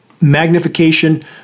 magnification